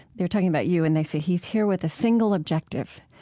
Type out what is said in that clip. they're talking about you and they say, he's here with a single objective,